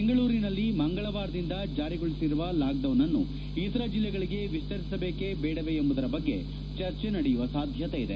ಬೆಂಗಳೂರಿನಲ್ಲಿ ಮಂಗಳವಾರದಿಂದ ಜಾರಿಗೊಳಿಸಿರುವ ಲಾಕ್ಡೌನ್ ಅನ್ನು ಇತರ ಜಿಲ್ಲೆಗಳಿಗೆ ವಿಸ್ತರಿಸಬೇಕೇ ಬೇಡವೇ ಎಂಬುದರ ಬಗ್ಗೆ ಚರ್ಚೆ ನಡೆಯುವ ಸಾಧ್ಯತೆ ಇದೆ